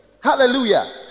Hallelujah